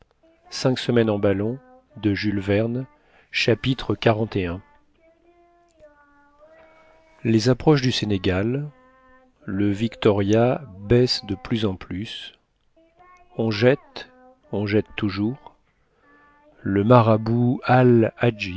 chapitre xli les approches du sénégal le victoria baisse de plus en plus on jette on jette toujours le marabout